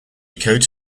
coat